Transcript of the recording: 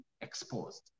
exposed